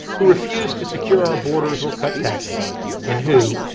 who refuse to secure our borders or cut taxes and who,